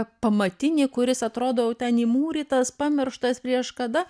pamatinį kuris atrodo jau ten įmūrytas pamirštas prieš kada